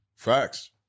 Facts